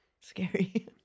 Scary